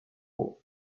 haut